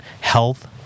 health